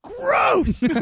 gross